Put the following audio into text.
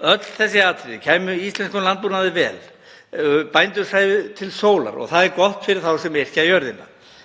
Öll þessi atriði kæmu íslenskum landbúnaði vel, bændur sæju til sólar og það er gott fyrir þá sem yrkja jörðina.